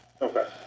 Okay